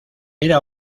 era